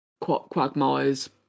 quagmire's